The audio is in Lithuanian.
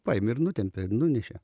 paėmė ir nutempė ir nunešė